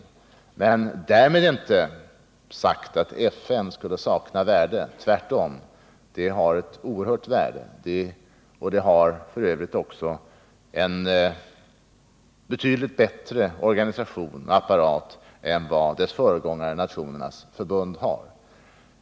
Därmed är dock inte sagt att FN skulle sakna värde; tvärtom. FN har ett oerhört värde och f.ö. också en betydligt bättre organisation än vad dess föregångare Nationernas förbund hade.